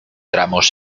tramos